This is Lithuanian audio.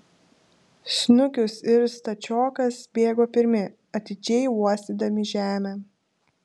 snukius ir stačiokas bėgo pirmi atidžiai uostydami žemę